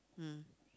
mm